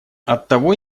оттого